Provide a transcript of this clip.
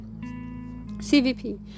CVP